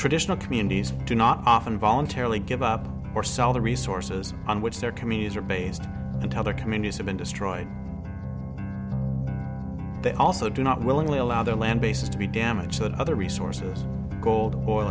traditional communities do not often voluntarily give up or sell the resources on which their communities are based until their communities have been destroyed they also do not willingly allow their land bases to be damaged so that other resources gold oil